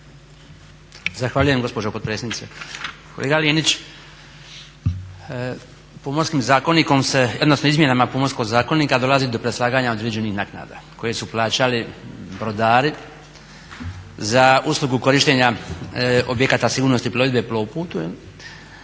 Zahvaljujem gospođo potpredsjednice. Kolega Linić, izmjenama Pomorskog zakonika dolazi do preslaganja određenih naknada koje su plaćali brodari za uslugu korištenja objekata sigurnosti plovidbe Plovput